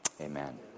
amen